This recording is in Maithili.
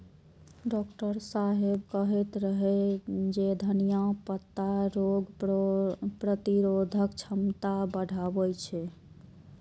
डॉक्टर साहेब कहैत रहै जे धनियाक पत्ता रोग प्रतिरोधक क्षमता बढ़बै छै